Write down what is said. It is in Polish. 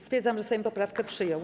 Stwierdzam, że Sejm poprawkę przyjął.